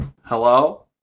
Hello